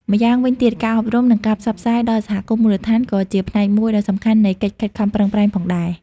ម្យ៉ាងវិញទៀតការអប់រំ និងការផ្សព្វផ្សាយ ដល់សហគមន៍មូលដ្ឋានក៏ជាផ្នែកមួយដ៏សំខាន់នៃកិច្ចខិតខំប្រឹងប្រែងផងដែរ។